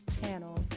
channels